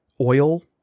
oil